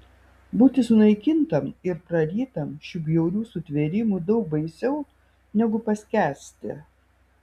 būti sunaikintam ir prarytam šių bjaurių sutvėrimų daug baisiau negu paskęsti